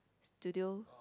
studio